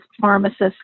pharmacists